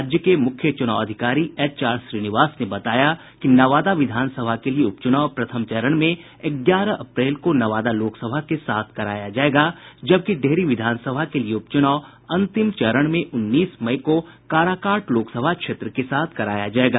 राज्य के मूख्य चूनाव अधिकारी एचआर श्रीनिवास ने बताया कि नवादा विधानसभा के लिए उपचुनाव प्रथम चरण में ग्यारह अप्रैल को नवादा लोकसभा के साथ कराया जायेगा जबकि डेहरी विधानसभा के लिए उपचुनाव अंतिम चरण में उन्नीस मई को काराकाट लोकसभा क्षेत्र के साथ कराया जायेगा